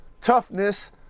Toughness